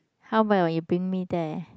how about you bring me there